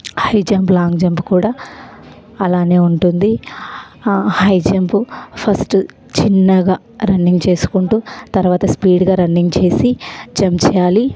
high jump long jump కూడా అలానే ఉంటుంది ఆ హై జంప్ ఫస్ట్ చిన్నగా రన్నింగ్ చేసుకుంటూ తర్వాత స్పీడ్గా రన్నింగ్ చేసి జంప్ చెయ్యాలి